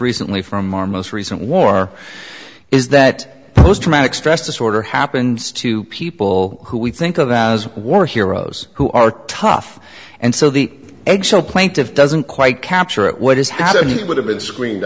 recently from our most recent war is that post traumatic stress disorder happens to people who we think of them as war heroes who are tough and so the eggshell plaintive doesn't quite capture it what is how it would have been screened